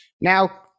Now